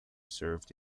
served